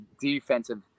defensive